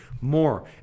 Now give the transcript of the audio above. more